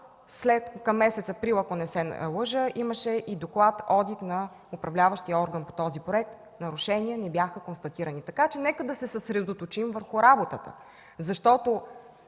това към месец април, ако не се лъжа, имаше и доклад-одит на управляващия орган по този проект, нарушения не бяха констатирани. Така че нека да се съсредоточим върху работата, защото